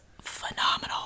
phenomenal